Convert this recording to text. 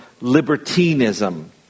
libertinism